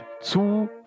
zu